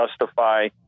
Justify